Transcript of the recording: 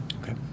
Okay